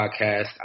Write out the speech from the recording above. Podcast